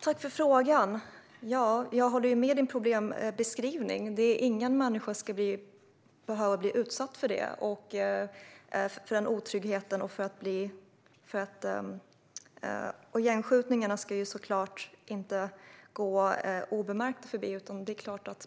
Herr talman! Tack, Ellen Juntti, för frågan! Jag håller med om din problembeskrivning. Ingen människa ska behöva bli utsatt för otrygghet, och gängskjutningarna ska såklart inte gå obemärkta förbi.